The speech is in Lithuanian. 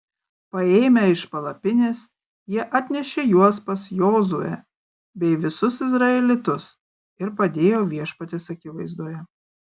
paėmę iš palapinės jie atnešė juos pas jozuę bei visus izraelitus ir padėjo viešpaties akivaizdoje